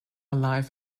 live